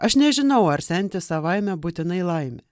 aš nežinau ar senti savaime būtinai laimė